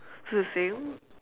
so it's the same